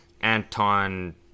Anton